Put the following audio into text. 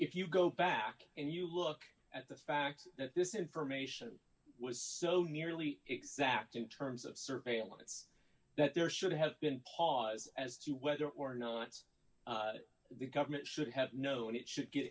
if you go back and you look at the fact that this information was so nearly exact in terms of surveillance that there should have been pause as to whether or not the government should have known it should get